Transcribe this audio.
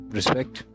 Respect